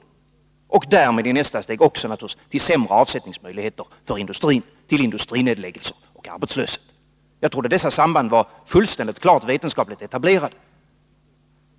Detta ger i nästa steg sämre avsättningsmöjligheter för industrin och medför industrinedläggelser och arbetslöshet. Jag trodde att dessa samband var fullt klara och vetenskapligt etablerade.